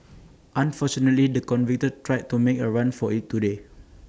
unfortunately the convict tried to make A run for IT today